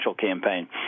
campaign